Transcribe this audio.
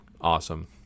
Awesome